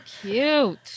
cute